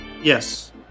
Yes